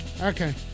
Okay